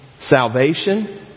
salvation